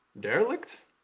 Derelict